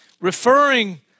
referring